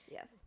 Yes